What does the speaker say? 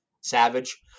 savage